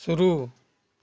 शुरू